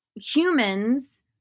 humans